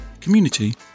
community